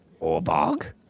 Orbog